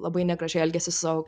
labai negražiai elgiasi su savo